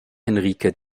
henrike